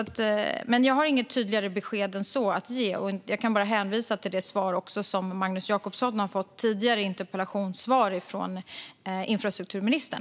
Jag har inget tydligare besked än så att ge. Jag kan bara hänvisa till de svar som Magnus Jacobsson fått tidigare i interpellationssvar från infrastrukturministern.